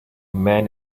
man